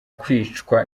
kwicwa